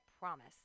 promise